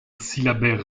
syllabaire